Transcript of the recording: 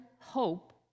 hope